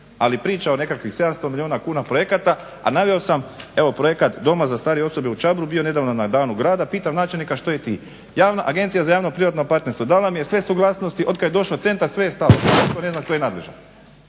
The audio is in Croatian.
Ali priča o nekakvih 700 milijuna kuna projekata, a naveo sam evo projekat doma za starije osobe u Čabru, bio nedavno na danu gradu, pitam načelnika što … Agencija za javno privatno partnerstvo dala mi je sve suglasnosti, otkad je došao centar sve je stalo, nitko ne zna tko je nadležan